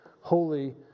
holy